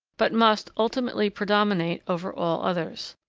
but must ultimately predominate over all others.